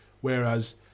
Whereas